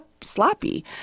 sloppy